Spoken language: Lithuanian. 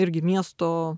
irgi miesto